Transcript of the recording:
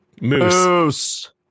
Moose